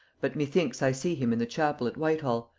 but methinks i see him in the chappel at whitehall,